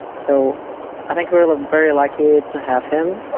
so i think we were very lucky to have him.